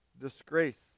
disgrace